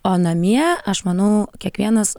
o namie aš manau kiekvienas